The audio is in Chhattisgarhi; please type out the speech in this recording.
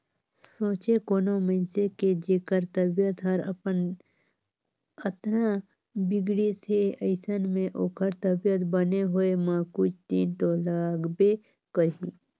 सोंचे कोनो मइनसे के जेखर तबीयत हर अतना बिगड़िस हे अइसन में ओखर तबीयत बने होए म कुछ दिन तो लागबे करही